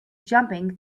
jumping